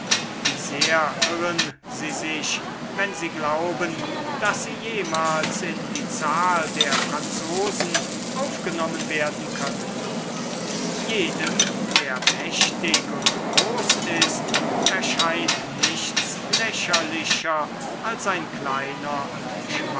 wie sehr irren sie sich wenn sie glauben daß sie jemals in die zahl der franzosen aufgenommen werden könnten jedem der mächtig und groß ist erscheint nichts lächerlicher als ein kleiner